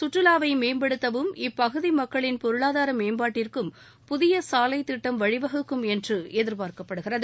சுற்றுலாவை மேம்படுத்தவும் இப்பகுதி மக்களின் பொருளாதார மேம்பாட்டிற்கும் புதிய சாலை திட்டம் வழிவகுக்கும் என்று எதிர்பார்க்கப்படுகிறது